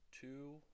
two